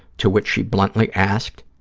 to which she bluntly asked,